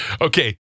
Okay